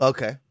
Okay